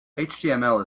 html